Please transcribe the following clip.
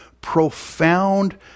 profound